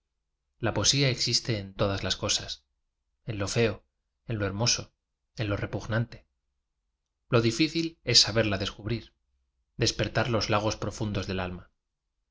la poesía existe en todas las cosas en lo feo en lo hermoso en lo repugnante lo difícil es saberla des cubrir despertar los lagos profundos del alma